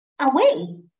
away